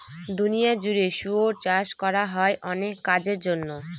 দুনিয়া জুড়ে শুয়োর চাষ করা হয় অনেক কাজের জন্য